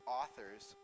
authors